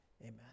amen